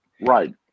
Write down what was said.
right